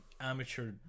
amateur